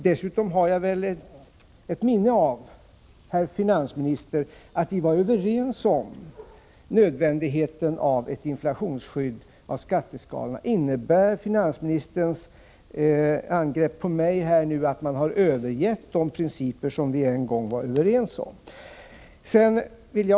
Dessutom, herr finansminister, har jag ett minne av att vi var överens om nödvändigheten av ett inflationsskydd i skatteskalorna. Innebär finansministerns angrepp på mig nu att man har övergivit de principer som vi en gång var överens om?